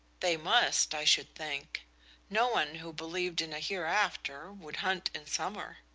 they must, i should think no one who believed in a hereafter would hunt in summer.